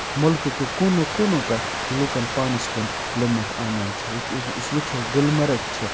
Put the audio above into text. مُلکُک یہِ کوٗنہٕ کوٗنو پٮ۪ٹھ لوٗکَن پانَس کُن لٔمِتھ اَنان چھِ ییٚتہِ أسۍ وٕچھو گُلمرگ چھِ